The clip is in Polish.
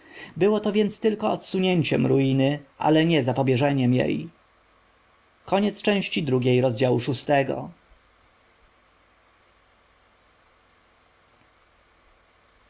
było to więc tylko odsunięciem ruiny ale nie zapobieżeniem